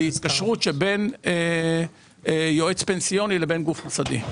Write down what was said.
להתקשרות שבין יועץ פנסיוני לבין גוף מוסדי.